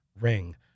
ring